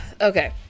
okay